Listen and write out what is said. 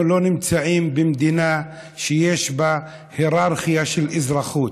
אנחנו לא נמצאים במדינה שיש בה היררכיה של אזרחות.